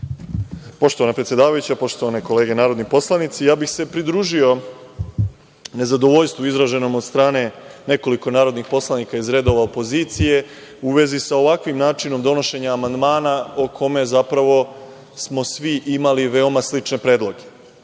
Poštovana predsedavajuća, poštovane kolege narodni poslanici, ja bih se pridružio nezadovoljstvu izraženom od strane nekoliko narodnih poslanika iz redova opozicije u vezi sa ovakvim načinom donošenja amandmana o kome zapravo smo svi imali veoma slične predloge. Zbog